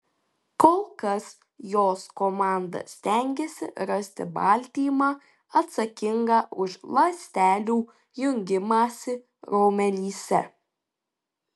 kol kas jos komanda stengiasi rasti baltymą atsakingą už ląstelių jungimąsi raumenyse